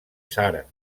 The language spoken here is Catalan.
sara